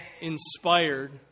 inspired